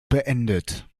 beendet